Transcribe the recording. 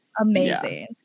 Amazing